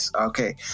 Okay